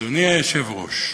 אדוני היושב-ראש,